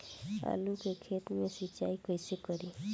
आलू के खेत मे सिचाई कइसे करीं?